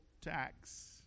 tax